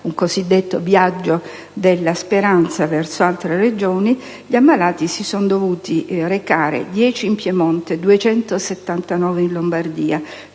il cosiddetto viaggio della speranza verso altre Regioni) si sono dovuti recare: 10 in Piemonte, 279 in Lombardia,